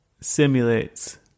simulates